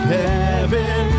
heaven